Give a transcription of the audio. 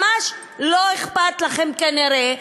ממש לא אכפת לכם כנראה,